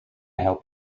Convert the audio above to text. help